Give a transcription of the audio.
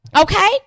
okay